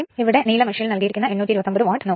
ഇവിടെ നീല മഷിയിൽ നൽകിയിരിക്കുന്ന 829 വാട്ട് നോക്കുക